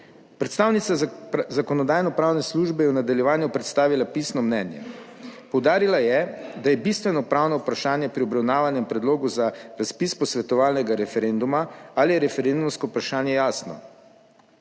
Predstavnica Zakonodajno-pravne službe je v nadaljevanju predstavila pisno mnenje. Poudarila je, da je bistveno pravno vprašanje pri obravnavanem predlogu za razpis posvetovalnega referenduma ali je referendumsko vprašanje jasno.